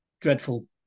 dreadful